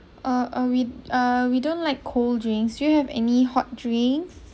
uh uh we ah we don't like cold drinks do you have any hot drinks